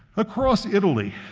across italy,